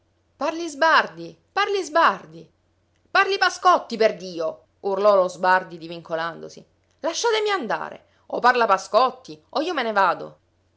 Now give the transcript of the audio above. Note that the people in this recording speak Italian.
parli sbardi parli sbardi parli pascotti perdio urlò lo sbardi divincolandosi lasciatemi andare o parla pascotti o io me ne vado